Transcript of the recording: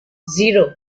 zero